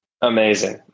Amazing